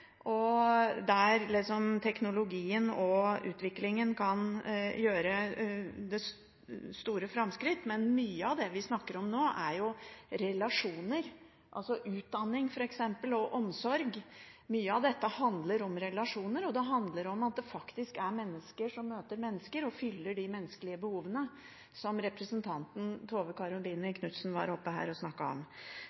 der teknologien og utviklingen kan gjøre store framskritt. Men mye av det vi snakker om nå, er relasjoner, f.eks. utdanning og omsorg. Mye av dette handler om relasjoner, og det handler om at det faktisk er mennesker som møter mennesker og fyller de menneskelige behovene, som representanten Tove